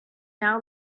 now